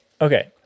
Okay